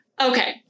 Okay